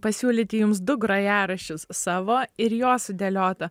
pasiūlyti jums du grojaraščius savo ir jo sudėliotą